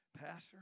Pastor